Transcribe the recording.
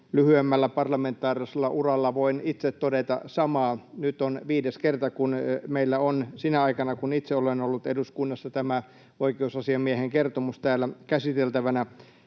lyhyemmällä parlamentaarisella uralla voin itse todeta samaa. Nyt on viides kerta, kun meillä on sinä aikana, kun itse olen ollut eduskunnassa, tämä oikeusasiamiehen kertomus täällä käsiteltävänä.